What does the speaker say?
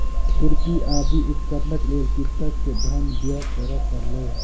खुरपी आदि उपकरणक लेल कृषक के धन व्यय करअ पड़लै